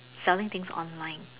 selling things online